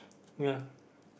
ya